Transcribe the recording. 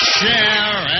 share